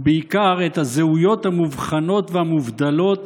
ובעיקר את הזהויות המובחנות והמובדלות